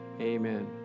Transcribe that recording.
amen